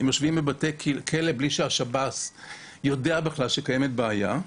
הם יושבים בבתי כלא מבלי שהשב"ס יודע בכלל שקיימת בעיה.